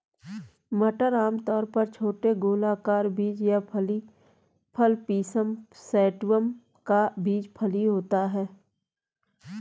मटर आमतौर पर छोटे गोलाकार बीज या फली फल पिसम सैटिवम का बीज फली होता है